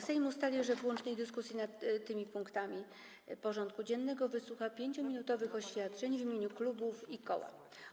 Sejm ustalił, że w łącznej dyskusji nad tymi punktami porządku dziennego wysłucha 5-minutowych oświadczeń w imieniu klubów i koła.